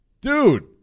Dude